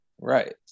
Right